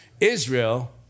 Israel